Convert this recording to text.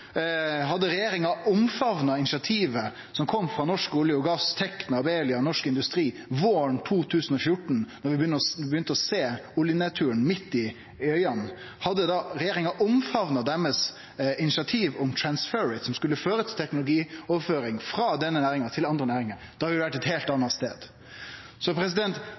Hadde regjeringa omfamna initiativet som kom frå Norsk olje og gass, Tekna, Abelia og norsk industri våren 2014, da vi begynte å sjå oljenedturen i auga, om teknologioverføring frå denne næringa til andre næringar, hadde vi vore ein heilt annan stad. Dette er historia om fire år med tapte moglegheiter, og vi i SV gleder oss til den perioden er avslutta. Det er nesten så